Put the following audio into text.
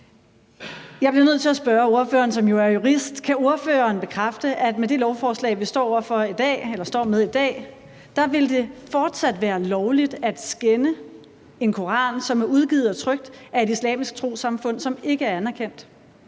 Jeg bliver nødt til at spørge ordføreren, som jo er jurist: Kan ordføreren bekræfte, at det med det lovforslag, vi står med i dag, fortsat vil være lovligt at skænde en koran, som er udgivet og trykt af et islamisk trossamfund, som ikke er anerkendt?